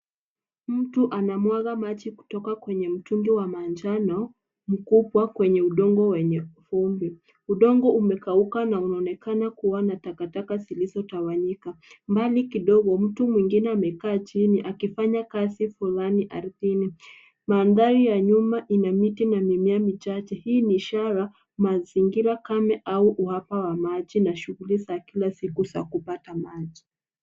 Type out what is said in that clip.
Mtu anamwanga maji kutoka kwenye mtungi wa manjano mkubwa kwenye udongo wenye vumbi. Udongo umekauka na unaonekana kuwa na takataka zilizotawanyika. Mbali kidogo mtu mwingine amekaa chini akifanya kazi fulani ardhini. Mandhari ya nyuma ina miti na mimea michache, hii ni ishara mazingira kame au uhaba wa maji na shughuli za kila siku za kupata maji.